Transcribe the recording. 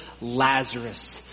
Lazarus